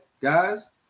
guys